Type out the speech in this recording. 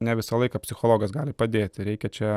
ne visą laiką psichologas gali padėti reikia čia